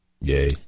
Yay